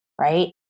right